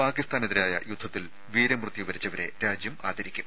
പാക്കിസ്ഥാനെതിരായ യുദ്ധത്തിൽ വീരമൃത്യു വരിച്ചവരെ രാജ്യം ആദരിക്കും